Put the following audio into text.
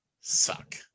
suck